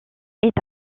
est